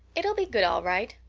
it'll be good, all right,